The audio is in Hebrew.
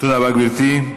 תודה רבה, גברתי.